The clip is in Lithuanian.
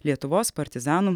lietuvos partizanų